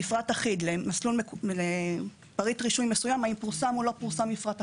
מפרט אחיד לפריט רישוי מסוים האם פורסם או לא פורסם מפרט אחיד?